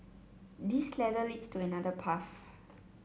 this ladder leads to another path